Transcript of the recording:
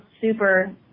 super